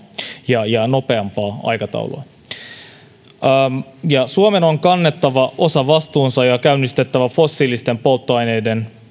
ja ja nopeampaa aikataulua suomen on kannettava osaltaan vastuunsa ja käynnistettävä fossiilisten polttoaineiden